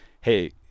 hey